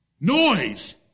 noise